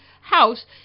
house